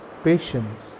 Patience